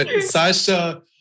Sasha